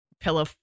pillow